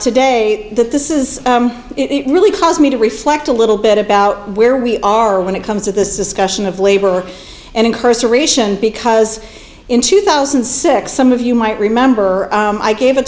today that this is it really caused me to reflect a little bit about where we are when it comes to this discussion of labor and incarceration because in two thousand and six some of you might remember i gave a